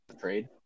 Trade